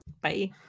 bye